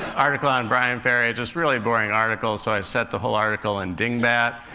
article on bryan ferry just really boring article so i set the whole article in dingbat.